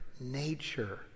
nature